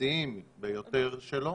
הבסיסיים ביותר שלו,